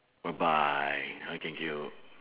bye bye oh thank you